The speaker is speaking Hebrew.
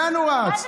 לאן הוא רץ?